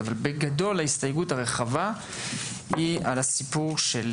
אבל בגדול ההסתייגות הרחבה היא על הסיפור של